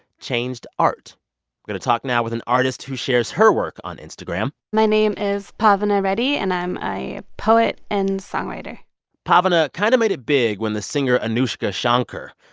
changed art? we're going to talk now with an artist who shares her work on instagram my name is pavana reddy, and i'm a poet and songwriter pavana kind of made it big when the singer anoushka shankar,